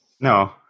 no